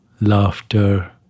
laughter